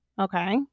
Okay